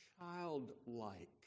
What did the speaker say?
childlike